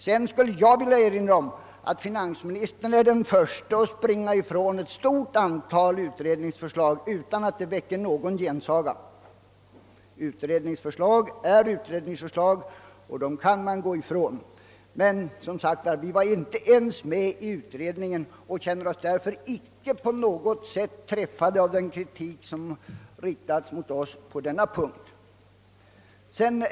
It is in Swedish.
Jag skulle vilja erinra om att finansministern är den förste att springa från ett stort antal utredningsförslag utan att det väcker någon gensaga. Utredningsförslag är utredningsförslag, och dem kan man frångå. Men vi var som sagt inte ens med i utredningen och känner oss därför icke på något sätt träffade av den kritik som har riktats på den punkten.